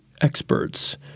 experts